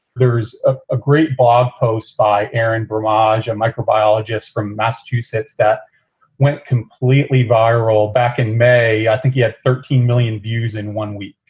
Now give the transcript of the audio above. there's ah a great blog post by aaron burr moj, a microbiologist from massachusetts that went completely viral back in may. i think he at thirteen million views in one week.